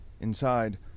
Inside